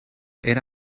era